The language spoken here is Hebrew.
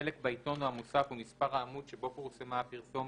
החלק בעיתון או המוסף ומספר העמוד שבו פורסמה הפרסומת,